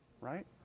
Right